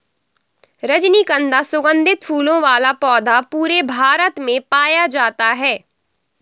रजनीगन्धा सुगन्धित फूलों वाला पौधा पूरे भारत में पाया जाता है